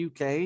UK